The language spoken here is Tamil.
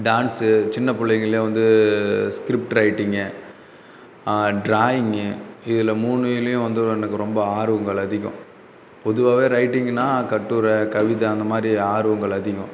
டான்ஸ் சின்னப் புள்ளைங்களே வந்து ஸ்க்ரிப்ட் ரைட்டிங் ட்ராயிங் இதில் மூணுலியும் வந்து எனக்கு ரொம்ப ஆர்வங்கள் அதிகம் பொதுவாகவே ரைட்டிங்னால் கட்டுரை கவிதை அந்தமாதிரி ஆர்வங்கள் அதிகம்